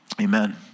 Amen